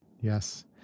Yes